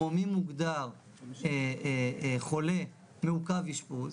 כמו מי מוגדר חולה מעוכב אשפוז,